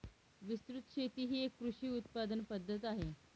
विस्तृत शेती ही एक कृषी उत्पादन पद्धत आहे